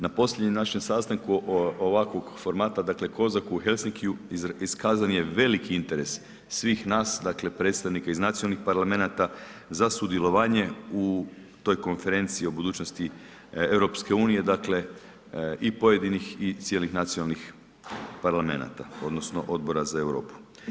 Na posljednjem našem sastanku ovakvog formata, dakle Kozak u Helsinkiju iskazan je veliki interes svih nas, dakle predstavnika iz nacionalnih parlamenata za sudjelovanje u toj konferenciji o budućnosti EU, dakle i pojedinih i cijelih nacionalnih parlamenata odnosno odbora za Europu.